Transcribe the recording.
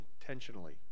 intentionally